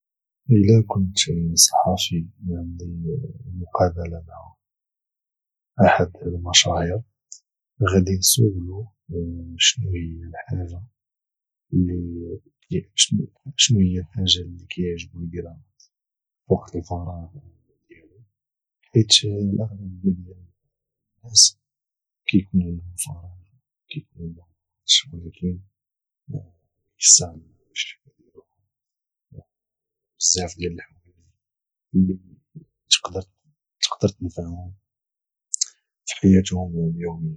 الى كنت صحافي وعندي مقابلة مع احد المشاهير غادي نسولو شنو هي الحاجة اللي كيعجبو يديرها في وقت الفراغ ديالو حيت الاغلبية ديال الناس كيكون عندهم فراغ كيكون عندهم الوقت ولكن مكيستاغلوهش اديرو بزاف ديال الحوايج اللي تقدر تنفعهم في حياتهم اليومية